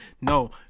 No